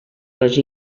les